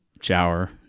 Shower